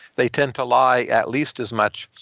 they tend to lie at least as much.